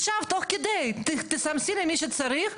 תחזור על מה שאמרת.